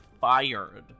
fired